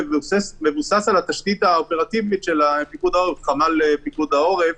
זה מבוסס על התשתית האופרטיבית של חמ"ל פיקוד העורף,